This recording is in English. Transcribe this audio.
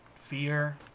fear